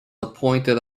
appointed